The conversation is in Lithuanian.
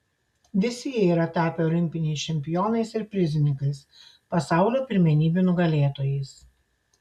visi jie yra tapę olimpiniais čempionais ir prizininkais pasaulio pirmenybių nugalėtojais